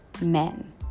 men